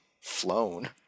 flown